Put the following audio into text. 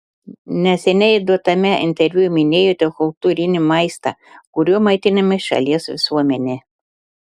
neseniai duotame interviu minėjote kultūrinį maistą kuriuo maitinama šalies visuomenė